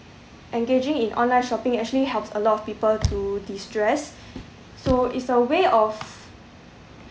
engaging in online shopping actually helps a lot of people to destress so is a way of